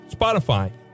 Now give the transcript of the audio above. Spotify